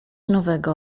nowego